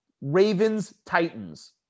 Ravens-Titans